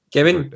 Kevin